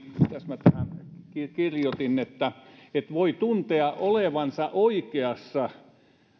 mitäs minä tähän kirjoitin että että voi tuntea olevansa oikeassa